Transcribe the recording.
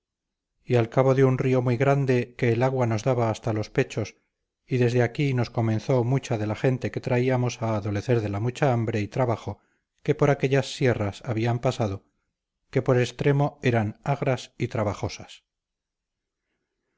y al cabo de un río muy grande que el agua nos daba hasta los pechos y desde aquí nos comenzó mucha de la gente que traíamos a adolecer de la mucha hambre y trabajo que por aquellas sierras habían pasado que por extremo eran agras y trabajosas